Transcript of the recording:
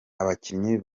abakinnyi